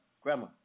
grandma